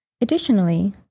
Additionally